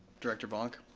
director vonck?